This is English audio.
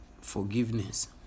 forgiveness